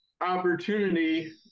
opportunity